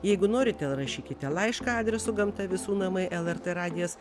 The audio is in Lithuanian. jeigu norite rašykite laišką adresu gamta visų namai lrt radijas